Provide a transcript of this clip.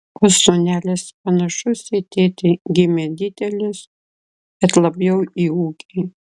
o sūnelis panašus į tėtį gimė didelis bet labiau į ūgį